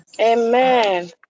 Amen